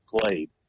played